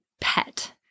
pet